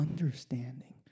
understanding